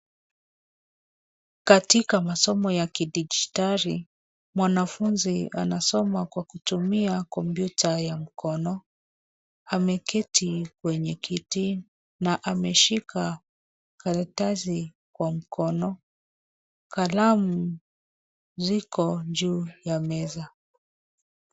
Katika masomo ya kidijitali, mwanafunzi anasoma kwa kutumia kompyuta ya mkono, ameketi kwenye kiti na ameshika karatasi kwa mkono, kalamu ziko juu ya meza.